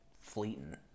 fleeting